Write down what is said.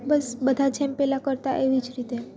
બસ બધા જેમ પહેલા કરતાં એવી જ રીતે